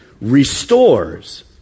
restores